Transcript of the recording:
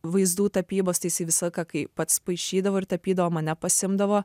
vaizdų tapybos tai jisai visą laiką kai pats paišydavo ir tapydavo mane pasiimdavo